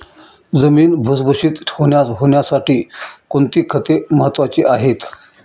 जमीन भुसभुशीत होण्यासाठी कोणती खते महत्वाची आहेत?